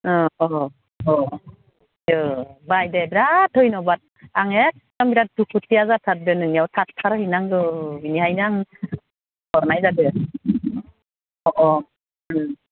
अ अ अ अ बाय दे बिराद धयन'बाद आं एखदम बिराद दुखुथिया जाथारदों नोंनियाव थाथारहैनांगौ बिनिखायनो आं हरनाय जादों